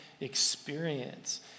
experience